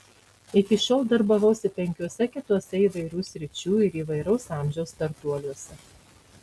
iki šiol darbavausi penkiuose kituose įvairių sričių ir įvairaus amžiaus startuoliuose